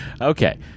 Okay